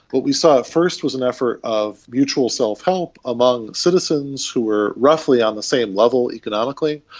what we saw first was an effort of mutual self-help among citizens who were roughly on the same level economically.